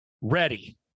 ready